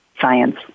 science